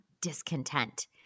discontent